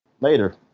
later